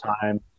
time